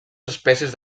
espècies